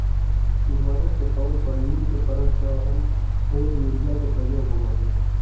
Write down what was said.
उर्वरक के तौर पर नीम के परत चढ़ल होल यूरिया के प्रयोग होवऽ हई